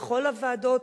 בכל הוועדות,